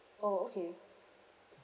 oh okay